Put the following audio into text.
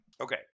Okay